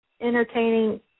entertaining